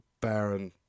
Baron